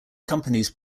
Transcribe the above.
companies